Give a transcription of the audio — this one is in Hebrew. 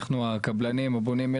אנחנו הקבלנים הבונים,